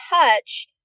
touch